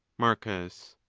marcus.